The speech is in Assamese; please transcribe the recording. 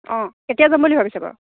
অঁ কেতিয়া যাম বুলি ভাবিছেঁ বাৰু